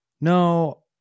No